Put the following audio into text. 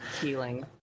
Healing